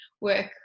work